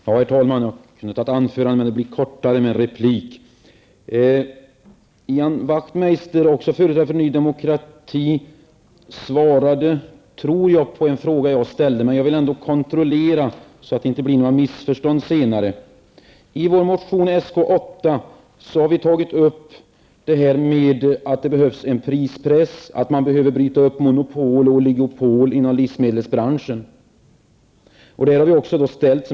Herr talman! Jag skulle ha kunnat begära ordet för ett anförande, men det blir kortare med en replik. Jag tror att Ian Wachtmeister, också han förträdare för Ny Demokrati, svarade på en fråga som jag ställde, men jag vill kontrollera att så var fallet, för att det inte skall bli några missförstånd senare. I vår motion Sk8 har vi anfört att det behövs en prispress och att monopol och oligopol inom livsmedelsbranschen bör brytas upp.